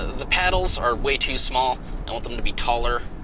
the paddles are way too small, i want them to be taller.